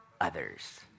others